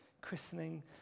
christening